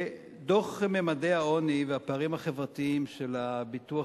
דוח ממדי העוני והפערים החברתיים של הביטוח